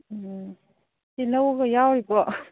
ꯑꯣ ꯇꯤꯜꯍꯧꯒ ꯌꯥꯎꯔꯤꯕꯣ